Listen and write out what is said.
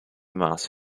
mass